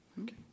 Okay